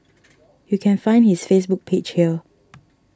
you can find his Facebook page here